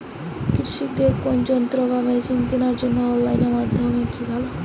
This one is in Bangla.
কৃষিদের কোন যন্ত্র বা মেশিন কেনার জন্য অনলাইন মাধ্যম কি ভালো?